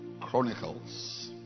Chronicles